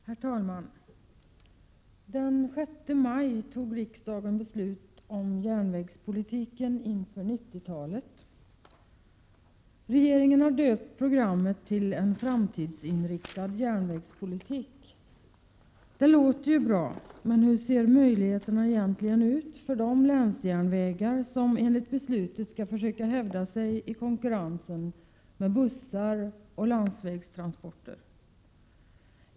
Herr talman! Den 6 maj fattade riksdagen beslut om järnvägspolitiken inför 1990-talet. Regeringen har döpt programmet till En framtidsinriktad järnvägspolitik. Det låter bra, men hur ser möjligheterna egentligen ut för de länsjärnvägar som enligt beslutet skall försöka hävda sig i konkurrensen med bussar och landsvägstransporter?